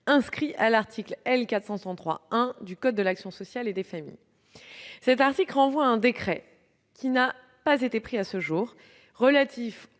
inscrit à l'article L. 433-1 du code de l'action sociale et des familles. Cet article renvoie à un décret, qui à ce jour n'a pas été pris, relatif aux